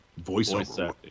voiceover